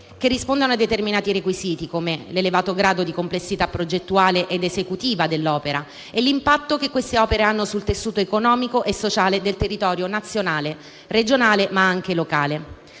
che rispondono a determinati requisiti, come l'elevato grado di complessità progettuale ed esecutiva e l'impatto che hanno sul tessuto economico e sociale del territorio nazionale, regionale ma anche locale.